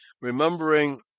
remembering